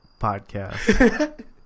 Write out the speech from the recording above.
podcast